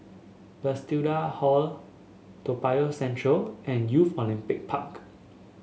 Bethesda Hall Toa Payoh Central and Youth Olympic Park